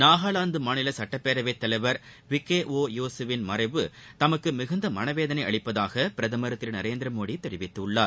நாகாலாந்து மாநில சட்டப்பேரவைத்தலைவர் விகோ ஓ யோசுவின் மறைவு தமக்கு மிகுந்த மனவேதனை அளிப்பதாக பிரதமர் திரு நரேந்திரமோடி தெரிவித்துள்ளார்